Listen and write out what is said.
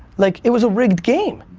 like it was a rigged game.